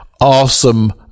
awesome